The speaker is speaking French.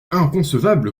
inconcevable